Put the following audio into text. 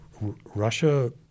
Russia